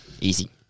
Easy